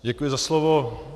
Děkuji za slovo.